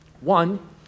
One